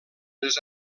les